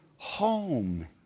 Home